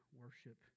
worship